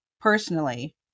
personally